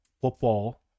football